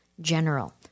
general